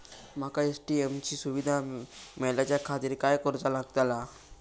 माका ए.टी.एम ची सुविधा मेलाच्याखातिर काय करूचा लागतला?